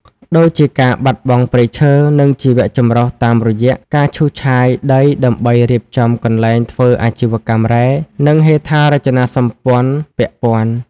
ដូចជាការបាត់បង់ព្រៃឈើ និងជីវៈចម្រុះតាមរយះ ការឈូសឆាយដីដើម្បីរៀបចំកន្លែងធ្វើអាជីវកម្មរ៉ែ និងហេដ្ឋារចនាសម្ព័ន្ធពាក់ព័ន្ធ ។